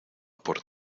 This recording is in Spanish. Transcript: por